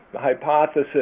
hypothesis